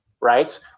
Right